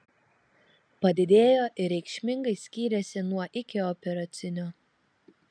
padidėjo ir reikšmingai skyrėsi nuo ikioperacinio